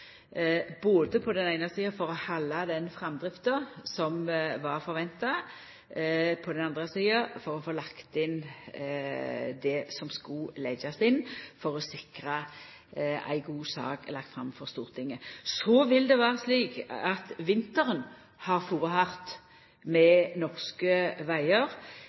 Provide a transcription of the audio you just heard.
på den eine sida å halda den framdrifta som var venta, og på den andre sida å få lagt inn det som skal sikra at ei god sak blir lagd fram for Stortinget. Vinteren har fare hardt med norske vegar. I lys av hendingane i vinter vil det